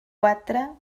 quatre